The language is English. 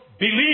Believe